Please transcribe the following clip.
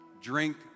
drink